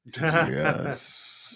Yes